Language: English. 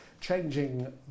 changing